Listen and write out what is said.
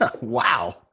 Wow